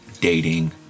dating